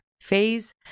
phase